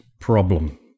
problem